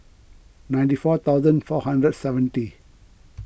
ninety four thousand four hundred and seventy